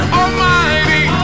almighty